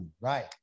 Right